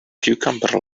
cucumber